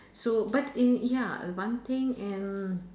so but in ya one thing and